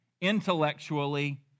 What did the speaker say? intellectually